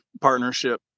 partnership